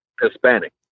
Hispanic